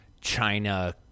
china